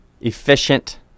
efficient